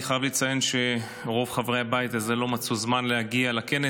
אני חייב לציין שרוב חברי הבית הזה לא מצאו זמן להגיע לכנס.